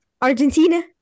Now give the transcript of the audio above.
Argentina